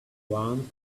one